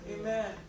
Amen